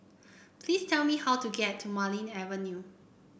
please tell me how to get to Marlene Avenue